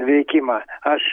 veikimą aš